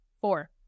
Four